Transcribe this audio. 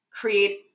create